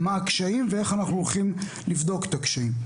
מה הקשיים ואיך אנחנו הולכים לבדוק את הקשיים.